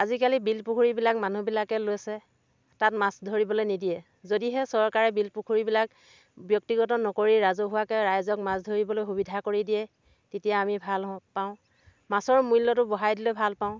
আজিকালি বিল পুখুৰীবিলাক মানুহবিলাকে লৈছে তাত মাছ ধৰিবলৈ নিদিয়ে যদিহে চৰকাৰে বিল পুখুৰীবিলাক ব্য়ক্তিগত নকৰি ৰাজহুৱাকে ৰাইজক মাছ ধৰিবলৈ সুবিধা কৰি দিয়ে তেতিয়া আমি ভাল হওঁ পাওঁ মাছৰ মূল্য়টো বঢ়াই দিলেও ভাল পাওঁ